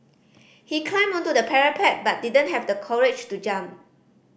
he climbed onto the parapet but didn't have the courage to jump